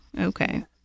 Okay